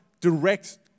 direct